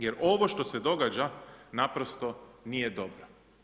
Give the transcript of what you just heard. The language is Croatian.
Jer ovo što se događa naprosto nije dobro.